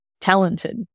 talented